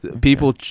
People